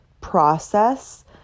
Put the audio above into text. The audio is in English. process